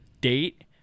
date